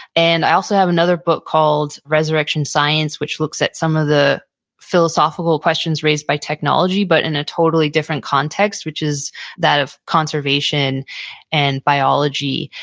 and i also have another book called resurrection science, which looks at some of the philosophical questions raised by technology but in a totally different context, which is that of conservation and biology.